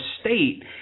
state